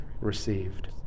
received